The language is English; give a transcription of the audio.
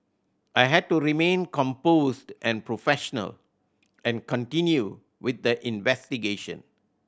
I had to remain composed and professional and continue with the investigation